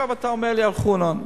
עכשיו אתה אומר לי על חולון.